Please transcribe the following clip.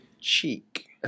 cheek